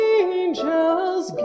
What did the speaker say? angels